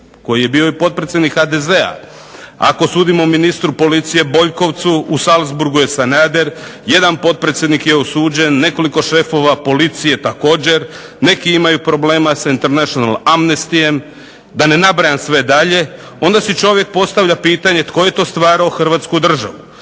koji je bio i potpredsjednik HDZ-a, ako sudimo ministru policije Boljkovcu u Salzburgu je Sanader, jedan potpredsjednik je osuđen, nekoliko šefova policije također, neki imaju problema s International Amnestyem da ne nabrajam sve dalje, onda si čovjek postavlja pitanje, tko je to stvarao Hrvatsku državu?